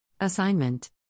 Assignment